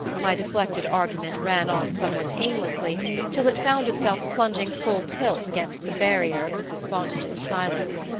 my deflected argument ran on somewhat aimlessly till it found itself plunging full tilt against the barrier of mrs. fontage's silence.